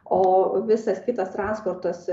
o visas kitas transportas